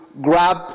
grab